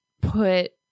put